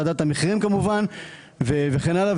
ועדת המחירים כמובן וכן הלאה,